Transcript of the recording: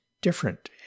different